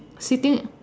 sitting